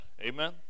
Amen